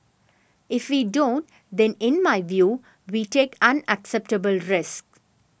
if we don't then in my view we take unacceptable risks